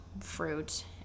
fruit